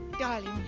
Darling